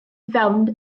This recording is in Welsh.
fewn